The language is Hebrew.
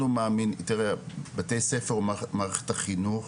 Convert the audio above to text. שמערכת החינוך